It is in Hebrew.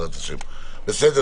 אם כך,